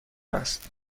است